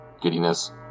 giddiness